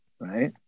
right